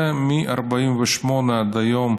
זה מ-48' עד היום,